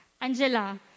Angela